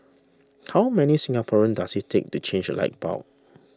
how many Singaporeans does it take to change a light bulb